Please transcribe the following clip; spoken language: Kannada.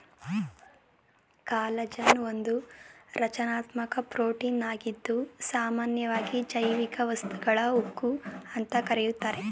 ಕಾಲಜನ್ ಒಂದು ರಚನಾತ್ಮಕ ಪ್ರೋಟೀನಾಗಿದ್ದು ಸಾಮನ್ಯವಾಗಿ ಜೈವಿಕ ವಸ್ತುಗಳ ಉಕ್ಕು ಅಂತ ಕರೀತಾರೆ